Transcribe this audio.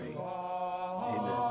amen